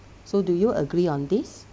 so do you agree on this